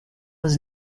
was